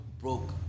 broke